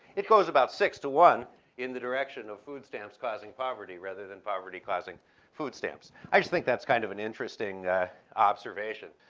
it goes about six to one in the direction of food stamps causing poverty, rather than poverty causing food stamps. i just think that's kind of an interesting observation.